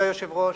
אדוני היושב-ראש,